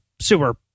sewer